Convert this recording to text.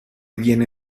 viene